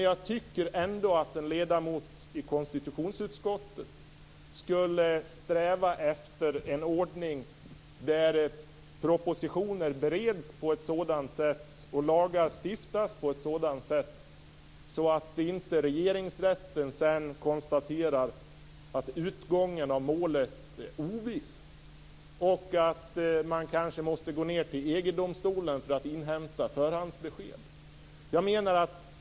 Jag tycker ändå att en ledamot av konstitutionsutskottet skulle sträva efter en ordning där propositioner bereds och lagar stiftas på ett sådant sätt att inte regeringsrätten sedan konstaterar att utgången av målet är ovisst och att man kanske måste gå till EG-domstolen för att inhämta förhandsbesked.